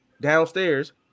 downstairs